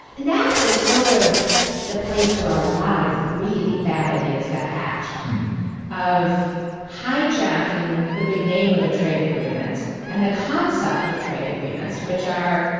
nafta is sort of the place where a lot of really bad ideas got hatched of hijacking the good name of a trade agreement and the concept of trade agreements, which are,